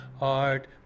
art